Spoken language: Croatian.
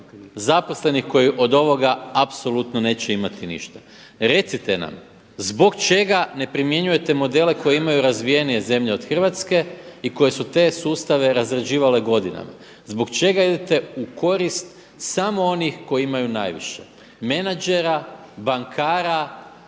zaposlenih koji od ovoga apsolutno neće imati ništa. Recite nam zbog čega ne primjenjujete modele koji imaju razvijenije zemlje od Hrvatske i koje su te sustave razrađivale godinama? Zbog čega idete u korist samo onih koji imaju najviše menadžera, bankara,